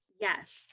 Yes